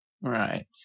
Right